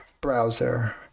browser